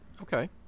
Okay